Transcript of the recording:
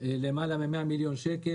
ביותר מ-100 מיליון שקל.